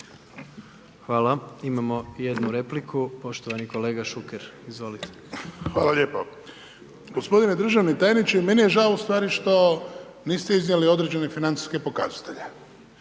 Hvala. Imamo jednu repliku poštovani kolega Šuker. Izvolite. **Šuker, Ivan (HDZ)** Hvala lijepo. Gospodine državni tajniče meni je žao ustvari što niste iznijeli određene financijske pokazatelje.